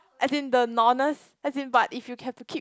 as in the as in but if you can keep